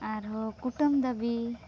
ᱟᱨᱦᱚᱸ ᱠᱩᱴᱟᱹᱢ ᱫᱟ ᱵᱤ